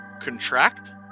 contract